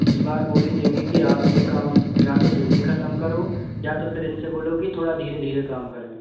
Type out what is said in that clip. इस बार बोल ही देंगे कि आप ये काम या तो जल्दी खत्म करो या तो फिर इनसे बोलो की थोड़ा धीरे धीरे काम करें